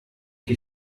chi